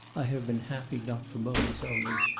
i have been happy not for moments only,